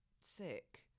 sick